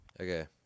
Okay